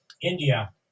India